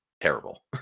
terrible